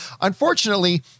Unfortunately